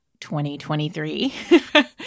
2023